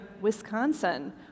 Wisconsin